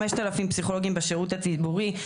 עם 5,000 פסיכולוגים בשירות הציבורי.